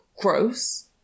Gross